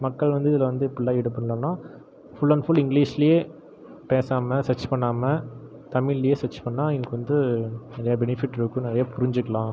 மக்கள் வந்து இதில் வந்து ஃபுல்லா ஈடுபடலை இன்னும் ஃபுல் அண்ட் ஃபுல் இங்கிலீஷ்லேயே பேசாமல் சர்ச் பண்ணாமல் தமிழ்லேயே சர்ச் பண்ணால் இதுக்கு வந்து நிறையா பெனிஃபிட் இருக்கும் நிறையா புரிஞ்சுக்கலாம்